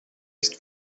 ist